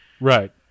Right